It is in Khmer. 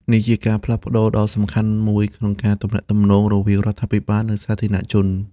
នេះជាការផ្លាស់ប្ដូរដ៏សំខាន់មួយក្នុងការទំនាក់ទំនងរវាងរដ្ឋាភិបាល និងសាធារណជន។